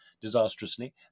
disastrously